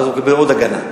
ואז הוא מקבל עוד הגנה.